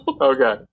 Okay